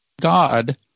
God